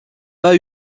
pas